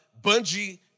bungee